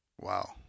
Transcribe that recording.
Wow